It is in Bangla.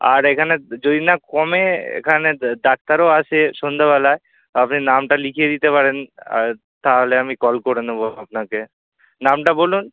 আর এখানে যদি না কমে এখানে ডাক্তারও আসে সন্ধ্যাবেলায় তো আপনি নামটা লিখিয়ে দিতে পারেন আর তাহলে আমি কল করে নেব আপনাকে নামটা বলুন